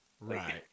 Right